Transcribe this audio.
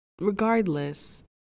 Regardless